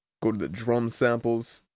bgo to the drum samples.